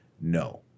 No